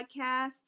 Podcasts